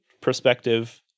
perspective